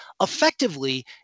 effectively